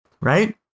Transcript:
Right